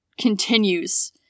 continues